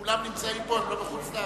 כולם נמצאים פה, הם לא בחוץ-לארץ?